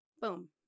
Boom